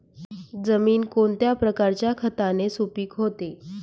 जमीन कोणत्या प्रकारच्या खताने सुपिक होते?